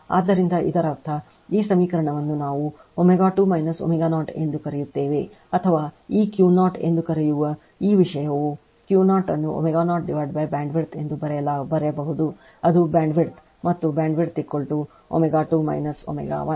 ಆದ್ದರಿಂದ ಇದರರ್ಥ ಈ ಸಮೀಕರಣವನ್ನು ನಾವು ω2 ω0 ಎಂದು ಕರೆಯುತ್ತೇವೆ ಅಥವಾ ಈ Q0 ಎಂದು ಕರೆಯುವ ಈ ವಿಷಯ Q0 ಅನ್ನು ω0 BW ಎಂದು ಬರೆಯಬಹುದು ಅದು ಬ್ಯಾಂಡ್ವಿಡ್ತ್ ಮತ್ತು BW ω2 ω 1